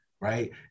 right